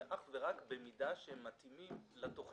ואך ורק במידה שהם מתאימים לתוכנית.